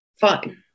Fine